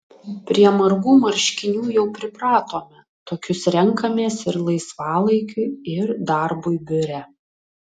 prie margų marškinių jau pripratome tokius renkamės ir laisvalaikiui ir darbui biure